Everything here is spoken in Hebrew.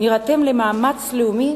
נירתם למאמץ לאומי